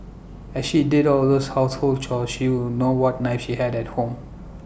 as she did all those household chores she would know what knives she had at home